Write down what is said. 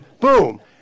Boom